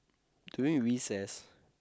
during recess